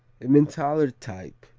emmentaler type,